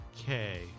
Okay